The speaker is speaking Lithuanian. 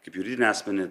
kaip juridinį asmenį